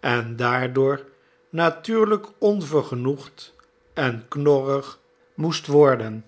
en daardoor natuurlijk onvergenoegd en knorrig moest worden